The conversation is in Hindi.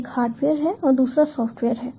एक हार्डवेयर है और दूसरा सॉफ्टवेयर है